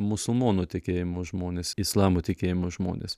musulmonų tikėjimo žmonės islamo tikėjimo žmonės